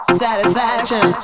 satisfaction